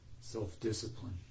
self-discipline